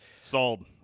Sold